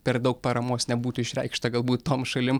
per daug paramos nebūtų išreikšta galbūt tom šalim